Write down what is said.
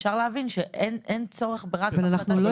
אפשר להבין שאין צורך רק בהחלטה של